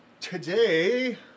Today